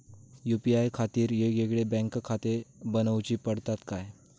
UPI खातीर येगयेगळे बँकखाते बनऊची पडतात काय?